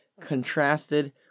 contrasted